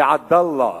ל"עדאלה",